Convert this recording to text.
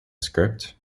script